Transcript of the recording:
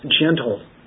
gentle